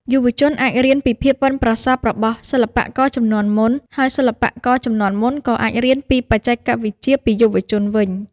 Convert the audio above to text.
យុវជនអាចរៀនពីភាពប៉ិនប្រសប់របស់សិល្បករជំនាន់មុន ហើយសិល្បករជំនាន់មុនក៏អាចរៀនពីបច្ចេកវិទ្យាពីយុវជនវិញ។